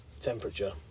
Temperature